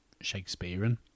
Shakespearean